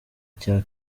cya